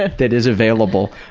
ah that is available.